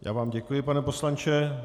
Já vám děkuji, pane poslanče.